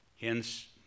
Hence